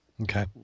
Okay